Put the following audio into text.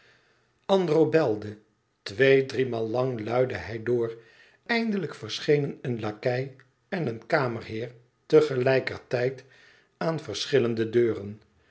andro belde twee driemaal lang luidde hij door eindelijk verschenen een lakei en een kamerheer tegelijkertijd aan verschillende deuren